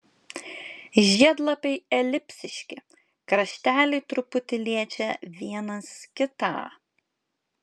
žiedlapiai elipsiški krašteliai truputį liečia vienas kitą